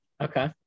Okay